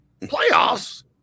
Playoffs